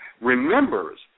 remembers